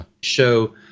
show